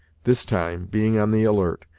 this time, being on the alert,